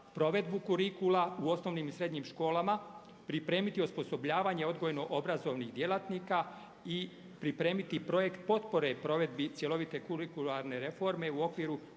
provedbu kurikula u osnovnim i srednjim školama, pripremiti osposobljavanje odgojno-obrazovnih djelatnika i pripremiti projekt potpore provedbi cjelovite kulurikularne reforme u okviru